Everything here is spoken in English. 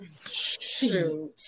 Shoot